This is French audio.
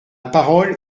parole